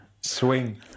Swing